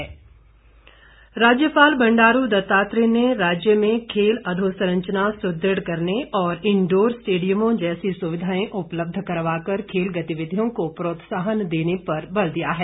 राज्यपाल राज्यपाल बंडारू दत्तात्रेय ने राज्य में खेल अधोसंरचना सुदृढ़ करने और इंडोर स्टेडियमों जैसी सुविधाएं उपलब्ध करवाकर खेल गतिविधियों को प्रोत्साहन देने पर बल दिया है